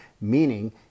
meaning